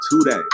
today